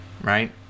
right